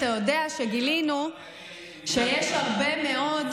אתה יודע שגילינו שיש הרבה מאוד,